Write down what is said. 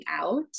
out